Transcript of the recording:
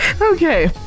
Okay